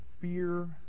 fear